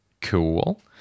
Cool